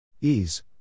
Ease